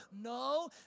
No